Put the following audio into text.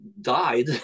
died